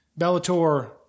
Bellator